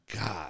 God